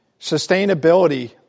Sustainability